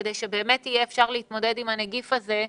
כדי שבאמת יהיה אפשר להתמודד עם הנגיף הזה,